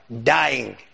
dying